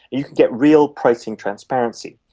you can get real pricing transparency.